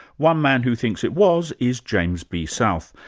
one man who thinks it was is james b. south.